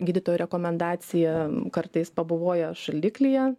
gydytojo rekomendaciją kartais pabuvoję šaldiklyje